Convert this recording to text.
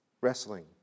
wrestling